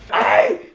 i